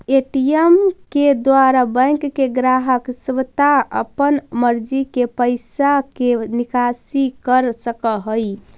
ATM के द्वारा bank के ग्राहक स्वता अपन मर्जी से पैइसा के निकासी कर सकऽ हइ